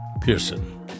Pearson